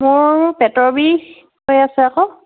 মোৰ পেটৰ বিষ হৈ আছে আকৌ